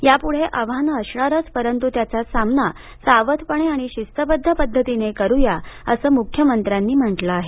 यापुढेही आव्हानं असणारच परंतु त्याचा सामना सावधपणे आणि शिस्तबध्द पध्दतीने करुया असं मुख्यमंत्र्यांनी म्हटलं आहे